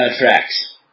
tracks